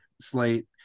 slate